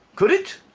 could it?